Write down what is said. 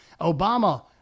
Obama